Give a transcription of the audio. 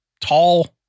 tall